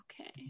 Okay